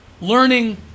learning